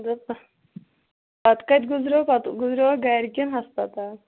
دَپ پَتہٕ کَتہِ گُزریٚوو پتہٕ گُزریٚووا گَرِ کِنہٕ ہَسپَتال